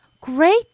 Great